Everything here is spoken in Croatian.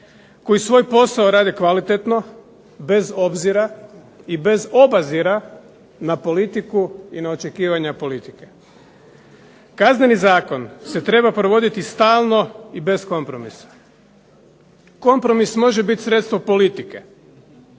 koji svoj posao rade kvalitetno bez obzira i bez obazira na politiku i na očekivanja politike. Kazneni zakon se treba provoditi stalno i bez kompromisa. Kompromis može biti sredstvo politike